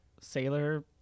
sailor